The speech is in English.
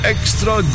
Extra